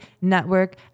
network